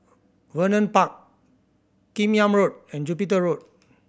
Vernon Park Kim Yam Road and Jupiter Road